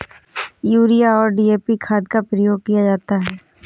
urea और DAP खाद का प्रयोग किया जाता है